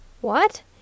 What